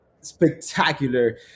spectacular